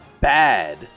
bad